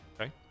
okay